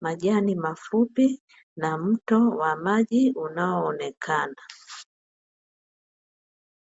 majani mafupi na mto wa maji unaonekana.